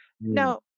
Now